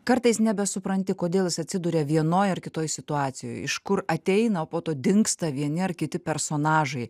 kartais nebesupranti kodėl jis atsiduria vienoj ar kitoj situacijoj iš kur ateina o po to dingsta vieni ar kiti personažai